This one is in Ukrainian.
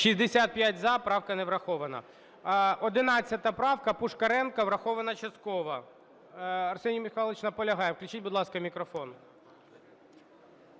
Правка не врахована. 11 правка, Пушкаренко. Врахована частково.